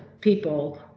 people